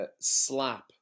Slap